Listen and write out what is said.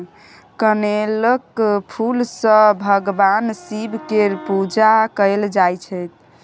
कनेलक फुल सँ भगबान शिब केर पुजा कएल जाइत छै